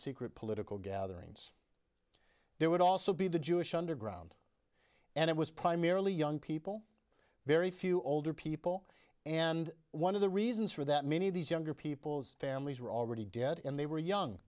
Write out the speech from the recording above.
secret political gatherings there would also be the jewish underground and it was primarily young people very few older people and one of the reasons for that many of these younger people's families were already dead and they were young